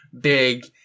big